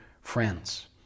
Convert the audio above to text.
friends